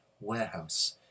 warehouse